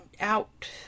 out